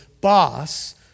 boss